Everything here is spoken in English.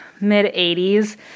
mid-80s